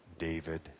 David